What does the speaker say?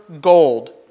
gold